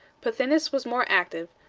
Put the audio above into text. pothinus was more active,